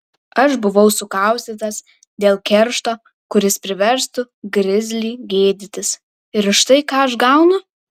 aš buvau sukaustytas dėl keršto kuris priverstų grizlį gėdytis ir štai ką aš gaunu